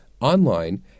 online